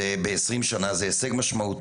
זה בעשרים שנה,